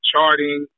charting